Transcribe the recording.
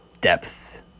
depth